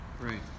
right